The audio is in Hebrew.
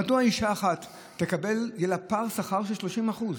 מדוע אישה אחת, יהיה פער שכר של 30%?